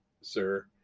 sir